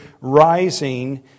rising